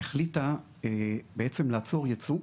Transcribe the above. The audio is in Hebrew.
החליטה בעצם לעצור ייצוא,